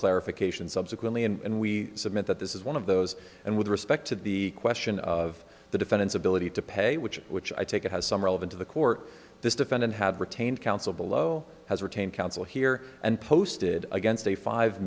clarification subsequently and we submit that this is one of those and with respect to the question of the defendant's ability to pay which is which i take it has some relevance to the court this defendant had retained counsel below has retained counsel here and posted against a five